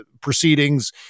proceedings